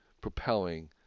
propelling